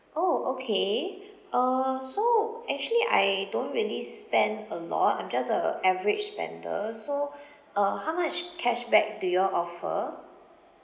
oh okay uh so actually I don't really spend a lot I'm just a average spender so uh how much cashback do you all offer